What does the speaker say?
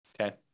Okay